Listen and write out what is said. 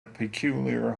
peculiar